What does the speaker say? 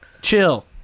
chill